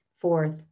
fourth